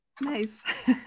Nice